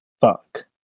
fuck